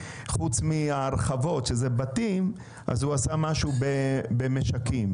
חוץ מהרחבות, שזה בתים, הוא עשה משהו במשקים.